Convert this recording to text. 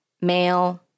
male